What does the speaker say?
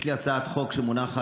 יש לי הצעת חוק שמונחת,